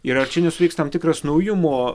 ir ar čia nesuveiks tam tikras naujumo